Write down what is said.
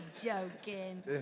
joking